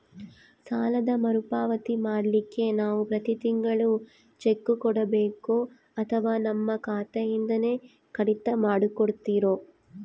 ಸಾಲದ ಮರುಪಾವತಿ ಮಾಡ್ಲಿಕ್ಕೆ ನಾವು ಪ್ರತಿ ತಿಂಗಳು ಚೆಕ್ಕು ಕೊಡಬೇಕೋ ಅಥವಾ ನಮ್ಮ ಖಾತೆಯಿಂದನೆ ಕಡಿತ ಮಾಡ್ಕೊತಿರೋ?